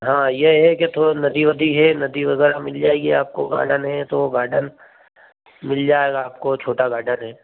हाँ ये है कि थोड़ा नदी वदी है नदी वगैरह मिल जाएगी आपको गार्डन है तो गार्डन मिल जाएगा आपको छोटा गार्डन है